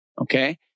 Okay